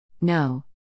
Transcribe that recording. no